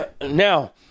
Now